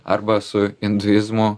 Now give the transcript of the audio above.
arba su induizmu